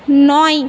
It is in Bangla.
নয়